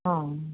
हा